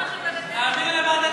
אין נמנעים.